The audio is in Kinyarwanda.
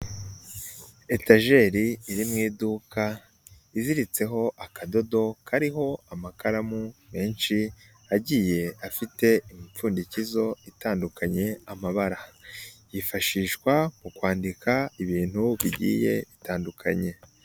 Etajeri iri mu iduka iziritseho akadodo kariho amakaramu menshi agiye afite imipfundikizo itandukanye amabara, yifashishwa ku kwandika ibintu bigiye bitandukanye.